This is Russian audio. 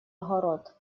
огород